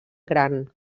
gran